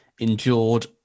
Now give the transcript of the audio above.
endured